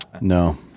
No